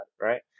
Right